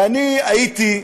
ואני הייתי,